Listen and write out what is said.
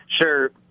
Sure